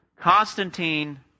Constantine